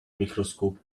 microscope